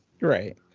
Right